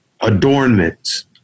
adornments